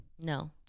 No